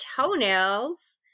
toenails